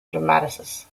dramatists